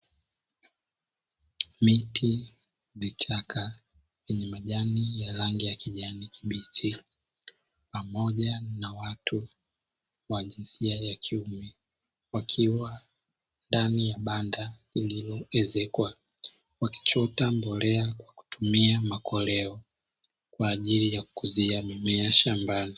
Miti, vichaka vyenye majani ya rangi ya kijani kibichi pamoja na watu wa jinsia ya kiume wakiwa ndani ya banda, lililoezekwa wakichota mbolea kwa kutumia makoleo kwa ajili ya kukuzia mimea shambani.